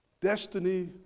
destiny